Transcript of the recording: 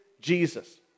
Jesus